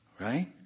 Right